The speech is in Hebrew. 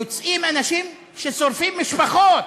יוצאים אנשים ששורפים משפחות.